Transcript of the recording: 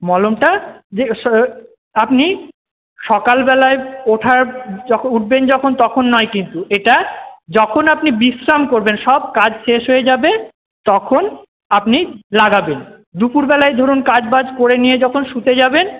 মলমটা আপনি সকালবেলায় ওঠার উঠবেন যখন তখন নয় কিন্তু এটা যখন আপনি বিশ্রাম করবেন সব কাজ শেষ হয়ে যাবে তখন আপনি লাগাবেন দুপুবেলায় ধরুন কাজ বাজ করে নিয়ে যখন শুতে যাবেন